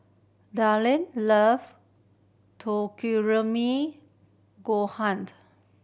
Dillon love Takikomi gohaned